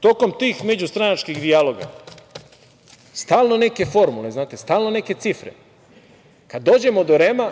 tokom tih međustranačkih dijaloga stalno neke formule, stalno neke cifre, kad dođemo do REM-a,